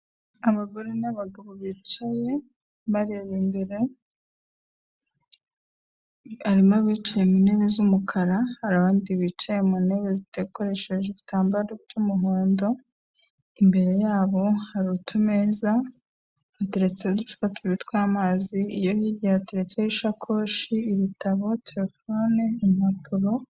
Abagore n'abagabo bicaye bareba imbere, harimo abicaye mu ntebe z'umukara, hari abandi bicaye mu ntebe zidekoresheje igitambaro cy'umuhondo, imbere yabo hari utumeza duteretseho uducupa tubiri tw'amazi, iyo hirya hateretseho isakoshi, ibitabo, telefoni, impapuro.